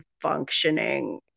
functioning